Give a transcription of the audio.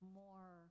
more